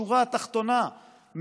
בשורה התחתונה,